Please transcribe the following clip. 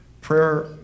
Prayer